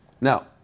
Now